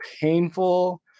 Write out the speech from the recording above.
Painful